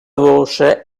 voce